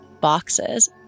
boxes